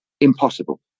Impossible